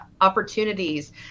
opportunities